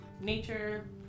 nature